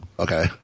Okay